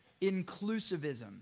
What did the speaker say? inclusivism